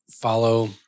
follow